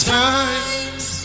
times